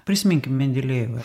prisiminkim mendelejevą